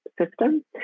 system